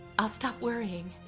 i'll stop worrying.